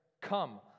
Come